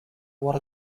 what